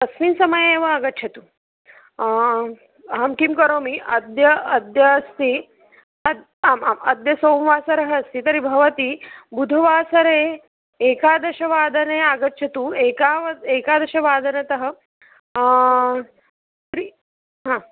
तस्मिन् समये एव आगच्छतु अहं किं करोमि अद्य अद्य अस्ति हा आम् आम् अद्य सोमवासरः अस्ति तर्हि भवती बुधवासरे एकादशवादने आगच्छतु एकादश एकादशवादनतः प्रियं हा